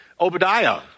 Obadiah